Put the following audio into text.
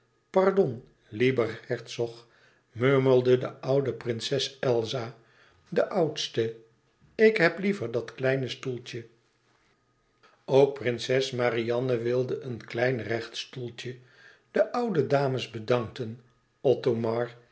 pardon lieber herzog murmelde de oude prinses elsa de oudste ik heb liever dat kleine stoeltje ook prinses marianne wilde een klein recht stoeltje de oude dames bedankten